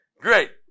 Great